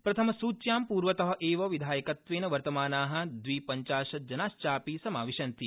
प्रथमस्च्यां पर्वत एव विधायकत्वेन वर्तमाना द्विवपंचाशत् जनाश्चापि समाविशन्ति